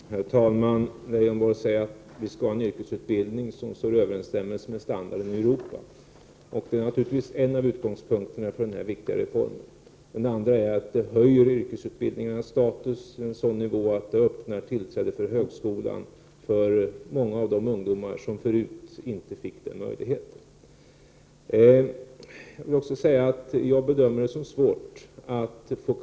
Herr talman! Lars Leijonborg säger att vi skall ha en yrkesutbildning som överensstämmer med standarden i Europa. Det är naturligtvis en av utgångspunkterna för denna viktiga reform. Den andra utgångspunkten är att det höjer yrkesutbildningarnas status genom att utbildningen öppnar tillträde till högskolan för många av de ungdomar som förut inte fick den möjligheten. Jag bedömer det som svårt att få kvalitet öch genomslag på denna Prot.